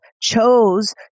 chose